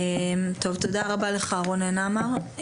תודה רבה לך רונן עמר.